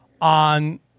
on